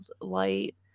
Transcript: light